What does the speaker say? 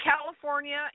California